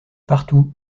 partout